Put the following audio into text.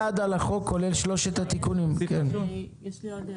יש לי עוד הערה.